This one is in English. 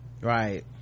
Right